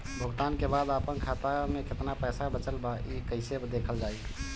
भुगतान के बाद आपन खाता में केतना पैसा बचल ब कइसे देखल जाइ?